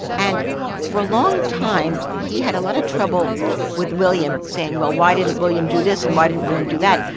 and for a long time, he had a lot of trouble with william, saying, well, why didn't william do this and why didn't william do that?